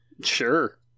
Sure